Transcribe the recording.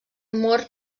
mort